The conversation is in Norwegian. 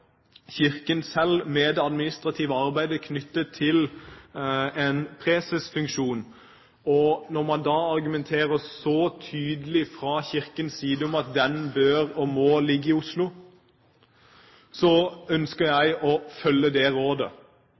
Kirken med det administrative arbeidet knyttet til en presesfunksjon. Når man da argumenterer så tydelig fra Kirkens side om at den bør og må ligge i Oslo, ønsker jeg å følge det rådet.